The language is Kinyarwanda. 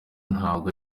ntabwo